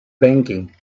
banking